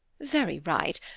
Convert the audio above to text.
very right,